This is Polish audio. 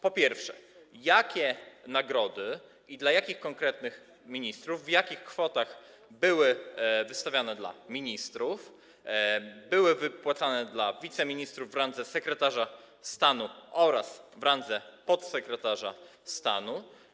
Po pierwsze, jakie nagrody, dla jakich konkretnych ministrów i w jakich kwotach były wypłacane ministrom, były wypłacane wiceministrom w randze sekretarza stanu oraz w randze podsekretarza stanu?